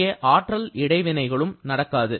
இங்கே ஆற்றல் இடை வினைகளும் நடக்காது